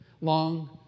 Long